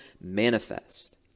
manifest